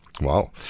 Wow